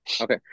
Okay